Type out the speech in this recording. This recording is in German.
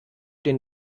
den